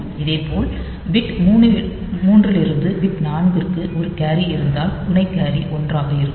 இதேபோல் பிட் 3 லிருந்து பிட் 4 க்கு ஒரு கேரி இருந்தால் துணை கேரி 1 ஆக இருக்கும்